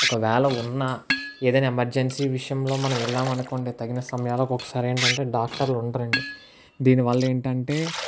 ఒకవేళ ఉన్నా ఏదైనా ఎమర్జెన్సీ విషయంలో మనం వెళ్ళాము అనుకోండి తగిన సమయాలకు ఒక్కొక్కసారి ఏంటంటే డాక్టర్లు ఉంటారండి దీనివల్ల ఏంటంటే